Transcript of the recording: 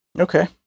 Okay